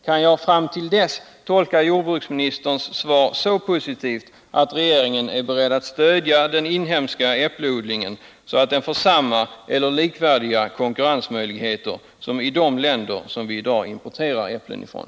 Kan jag fram till dess tolka jordbruksministerns svar så positivt att regeringen är beredd att stödja den inhemska äppleodlingen, så att den får samma — eller likvärdiga — konkurrensmöjligheter som råder i de länder som vi i dag importerar äpplen ifrån?